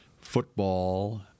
football